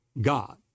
God